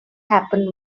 happen